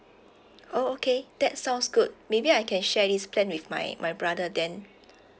oh okay that sounds good maybe I can share this plan with my my brother then